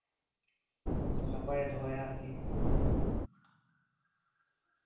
ᱱᱟᱯᱟᱭᱮ ᱫᱚᱦᱚᱭᱟ ᱟᱨᱠᱤ